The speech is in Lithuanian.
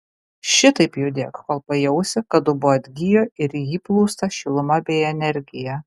šitaip judėk kol pajausi kad dubuo atgijo ir į jį plūsta šiluma bei energija